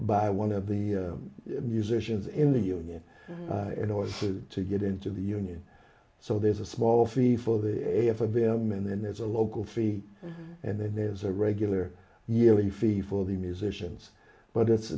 by one of the musicians in the union to get into the union so there's a small fee for the air for them and then there's a local free and then there's a regular yearly fee for the musicians but it's